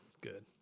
good